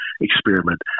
experiment